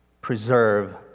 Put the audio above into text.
preserve